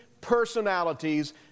personalities